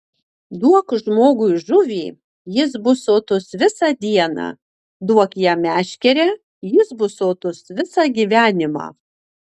duok žmogui žuvį jis bus sotus visą dieną duok jam meškerę jis bus sotus visą gyvenimą